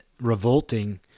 revolting